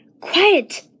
quiet